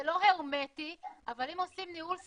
זה לא הרמטי אבל אם עושים ניהול סיכונים,